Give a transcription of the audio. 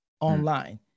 online